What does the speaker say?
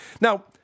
Now